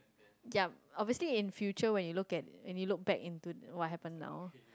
yup a wasting in future when you look at when you look back into what happen now